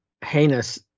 heinous